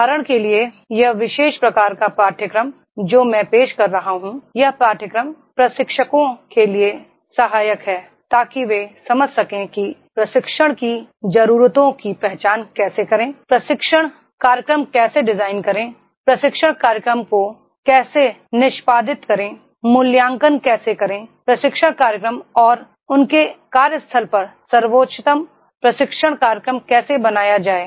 उदाहरण के लिए यह विशेष प्रकार का पाठ्यक्रम जो मैं पेश कर रहा हूं यह पाठ्यक्रम प्रशिक्षकों के लिए सहायक है ताकि वे समझ सकें कि प्रशिक्षण की जरूरतों की पहचान कैसे करें प्रशिक्षण कार्यक्रम कैसे डिजाइन करें प्रशिक्षण कार्यक्रम को कैसे निष्पादित करें मूल्यांकन कैसे करें प्रशिक्षण कार्यक्रम और उनके कार्यस्थल पर सर्वोत्तम प्रशिक्षण कार्यक्रम कैसे बनाया जाए